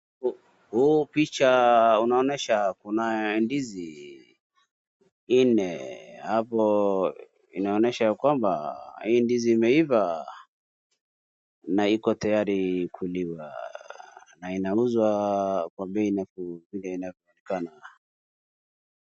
Huu picha unaonyesha kuna ndizi nne, hapo inaonyesha ya kwamba hii ndizi imeiva, na iko tayari kuliwa, na inauzwa kwa bei nafuu vile inapatikana.